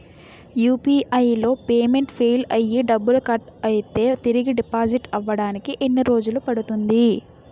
UPI లో payment fail అయ్యి డబ్బులు కట్ అయితే తిరిగి డిపాజిట్ అవ్వడానికి ఎన్ని రోజులు పడుతుంది?